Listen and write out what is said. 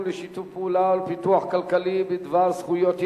לשיתוף פעולה ולפיתוח כלכלי בדבר זכויות יתר,